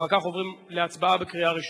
אחר כך עוברים להצבעה בקריאה ראשונה.